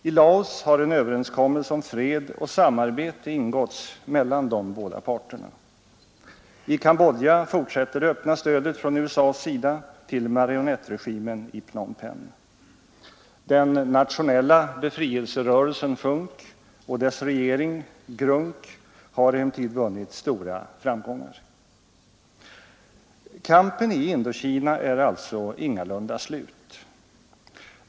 I Laos har en överenskommelse om fred och samarbete ingåtts mellan de båda parterna. I Cambodja fortsätter det öppna stödet från USA:s sida till marionettregimen i Phnom Penh. Den nationella befrielserörelsen FUNK och dess regering GRUNK har emellertid vunnit stora framgångar. Kampen i Indokina är alltså ingalunda slut.